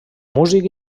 músic